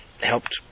helped